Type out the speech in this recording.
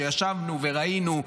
שישבנו וראינו,